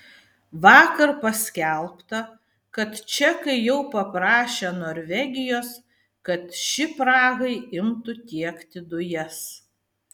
vakar paskelbta kad čekai jau paprašė norvegijos kad ši prahai imtų tiekti dujas